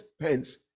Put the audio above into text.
pence